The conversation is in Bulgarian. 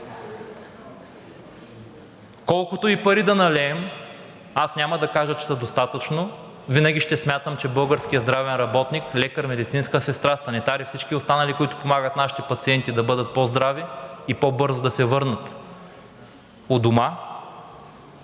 Колкото и пари да налеем, аз няма да кажа, че са достатъчно и винаги ще смятам, че българският здравен работник – лекар, медицинска сестра, санитари и всички останали, които помагат нашите пациенти да бъдат по-здрави и по-бързо да се върнат у дома,